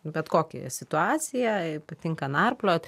bet kokią situaciją patinka narpliot